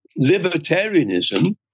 libertarianism